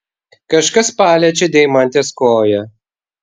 kažkas paliečia deimantės koją